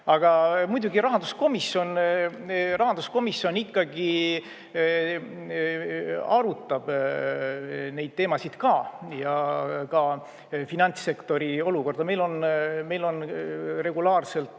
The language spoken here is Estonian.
Aga muidugi rahanduskomisjon arutab neid teemasid ka, ka finantssektori olukorda. Meil regulaarselt